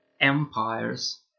empires